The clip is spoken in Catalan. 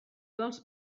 vols